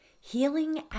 Healing